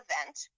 event –